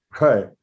Right